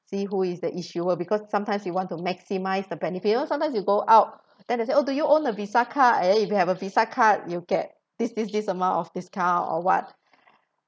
see who is the issuer because sometimes you want to maximise the benefit you know sometimes you go out then they say oh do you own a visa card and then if you have a visa card you'll get this this this amount of discount or what